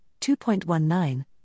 2.19